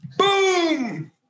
Boom